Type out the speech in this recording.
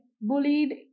bullied